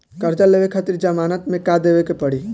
कर्जा लेवे खातिर जमानत मे का देवे के पड़ी?